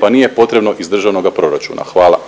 pa nije potrebno iz državnoga proračuna, hvala.